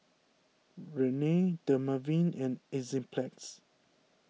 Rene Dermaveen and Enzyplex